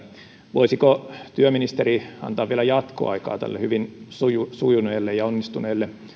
voisiko työministeri antaa vielä jatkoaikaa hyvin sujuneelle sujuneelle ja onnistuneelle